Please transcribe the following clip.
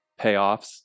payoffs